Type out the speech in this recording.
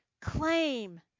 claim